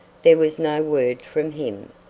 there was no word from him,